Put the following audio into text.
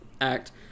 act